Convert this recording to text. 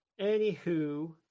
anywho